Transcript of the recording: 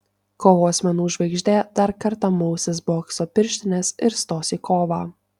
kovos menų žvaigždė dar kartą mausis bokso pirštines ir stos į kovą